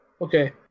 Okay